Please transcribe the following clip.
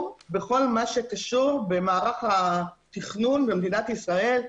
בכל מה שקשור במערך התכנון במדינת ישראל.